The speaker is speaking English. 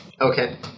Okay